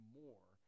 more